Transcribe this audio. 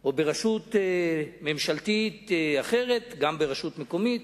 או ברשות ממשלתית אחרת, גם ברשות מקומית,